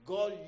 God